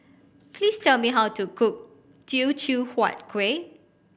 please tell me how to cook Teochew Huat Kuih